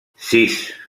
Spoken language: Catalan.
sis